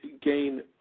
gain